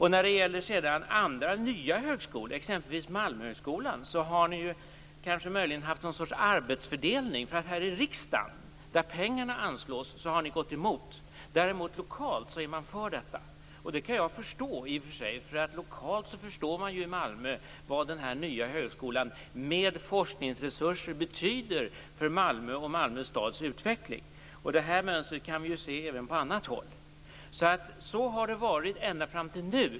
I fråga om andra, nya högskolor, exempelvis Malmöhögskolan, har ni möjligen haft någon sorts arbetsfördelning. Här i riksdagen, där pengarna anslås, har ni gått emot medan ni lokalt är för detta. Jag kan i och för sig förstå det. Lokalt i Malmö förstår man vad den nya högskolan med forskningsresurser betyder för Malmö och Malmö stads utveckling. Det mönstret kan vi se även på annat håll. Så har det varit ända fram till nu.